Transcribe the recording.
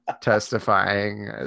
testifying